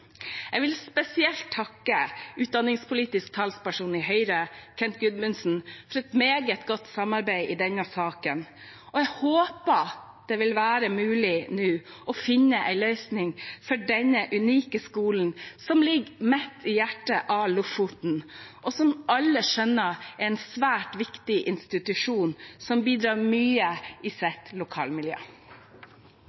Jeg vil spesielt takke utdanningspolitisk talsperson i Høyre, Kent Gudmundsen, for et meget godt samarbeid i denne saken. Jeg håper det vil være mulig å finne en løsning for denne unike skolen som ligger midt i hjertet av Lofoten, og som alle skjønner er en svært viktig institusjon som bidrar mye i